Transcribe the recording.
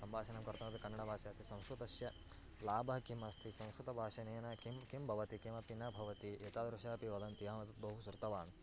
सम्भाषणं कर्तुमपि कन्नडभाषा इति संस्कृतस्य लाभः किम् अस्ति संस्कृतभाषणेन किं किं भवति किमपि न भवति एतादृशमपि वदन्ति अहमपि बहु श्रुतवान्